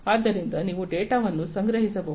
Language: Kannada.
ಆದ್ದರಿಂದ ನೀವು ಡೇಟಾವನ್ನು ಸಂಗ್ರಹಿಸಬೇಕು